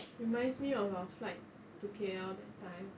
reminds me of our flight to K_L that time